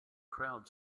crowd